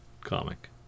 comic